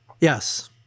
yes